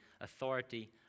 authority